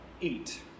eat